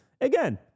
again